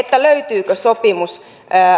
löytyykö sopimus